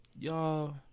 Y'all